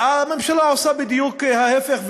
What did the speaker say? הממשלה עושה בדיוק ההפך,